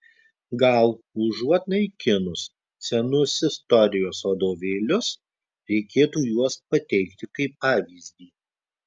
gal užuot naikinus senus istorijos vadovėlius reikėtų juos pateikti kaip pavyzdį